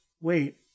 wait